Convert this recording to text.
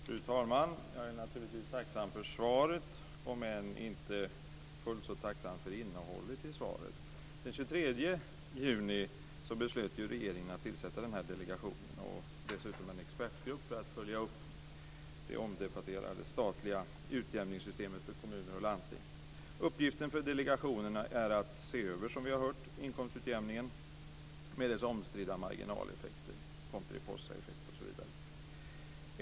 Fru talman! Jag är naturligtvis tacksam för svaret - om än inte fullt så tacksam för innehållet i svaret. Den 23 juni beslutade ju regeringen att tillsätta den här delegationen och dessutom en expertgrupp för att följa upp det omdebatterade statliga utjämningssystemet för kommuner och landsting. Uppgiften för delegationerna är, som vi har hört, att se över inkomstutjämningen med dess omstridda marginaleffekter, pomperipossaeffekten osv.